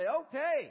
okay